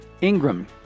Ingram